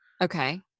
Okay